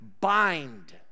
bind